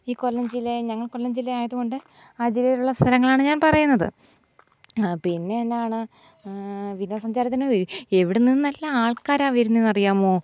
ഈ കൊല്ലം ജില്ലയിൽ ഞങ്ങൾ കൊല്ലം ജില്ല ആയതു കൊണ്ട് ആ ജില്ലയിലുള്ള സ്ഥലങ്ങളാണ് ഞാൻ പറയുന്നത് പിന്നെയെന്നാണ് വിനോദ സഞ്ചാരത്തിനായി എവിടെ നിന്നെല്ലാ ആൾക്കാരാണ് വരുന്നതെന്നറിയാമോ